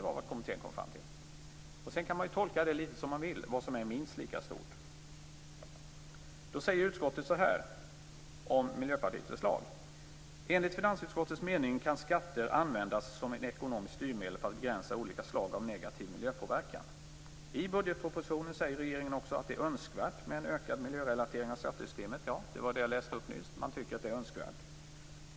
Vad som är minst lika stor kan man sedan tolka litet som man vill. Utskottet säger följande om Miljöpartiets förslag: Enligt finansutskottets mening kan skatter användas som ekonomiskt styrmedel för att begränsa olika slag av negativ miljöpåverkan. I budgetpropositionen säger regeringen också att det är önskvärt med en ökad miljörelatering av skattesystemet. Det var detta som jag nyss läste upp.